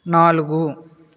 నాలుగు